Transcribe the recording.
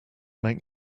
make